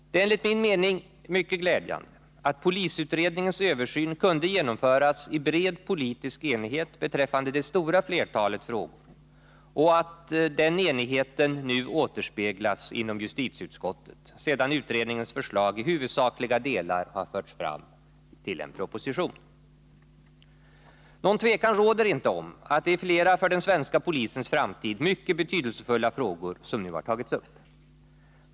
Det är enligt min mening mycket glädjande att polisutredningens översyn kunde genomföras i en bred politisk enighet beträffande det stora flertalet frågor och att denna enighet nu återspeglas inom justitieutskottet, sedan utredningens förslag i huvudsakliga delar har förts fram i en proposition. Något tvivel råder inte om att det är flera för den svenska polisens framtid mycket betydelsefulla frågor som nu har tagits upp.